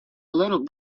little